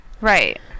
Right